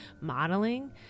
modeling